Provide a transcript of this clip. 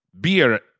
beer